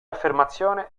affermazione